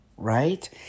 Right